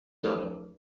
دارم